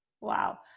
Wow